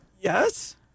Yes